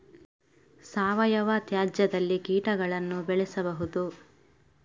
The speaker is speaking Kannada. ಸಾವಯವ ತ್ಯಾಜ್ಯದಲ್ಲಿ ಕೀಟಗಳನ್ನು ಬೆಳೆಸಬಹುದು